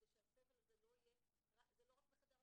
זה לא רק בחדר הטיפולים,